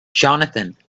johnathan